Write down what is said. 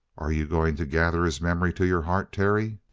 are you going to gather his memory to your heart, terry?